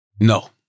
no